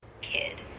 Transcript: kid